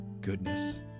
goodness